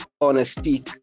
honesty